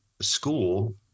school